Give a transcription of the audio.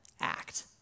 act